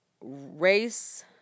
Race